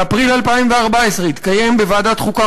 באפריל 2014 התקיים בוועדת החוקה,